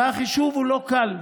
והחישוב הוא לא קל.